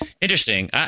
interesting